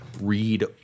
read